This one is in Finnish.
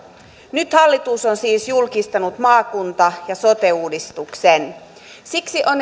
nyt hallitus on siis julkistanut maakunta ja sote uudistuksen siksi on